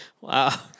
Wow